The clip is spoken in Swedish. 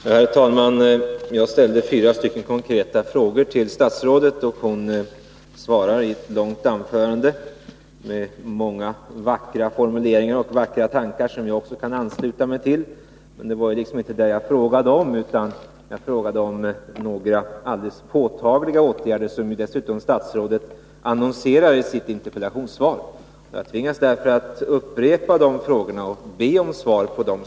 Herr talman! Jag ställde fyra konkreta frågor till statsrådet, men hennes svar bestod av ett långt anförande med många vackra formuleringar och tankar, som också jag kan ansluta mig till — men de var ju inte svar på mina frågor. Mina frågor gällde alldeles påtagliga åtgärder, som dessutom statsrådet annonserar i sitt interpellationssvar. Jag tvingas därför upprepa mina frågor och be om svar på dem.